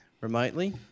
remotely